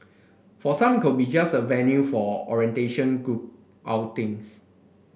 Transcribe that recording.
for some it could be just a venue for orientation group outings